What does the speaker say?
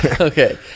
Okay